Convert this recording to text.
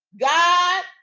God